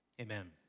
amen